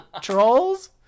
trolls